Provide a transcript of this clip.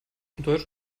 deutsch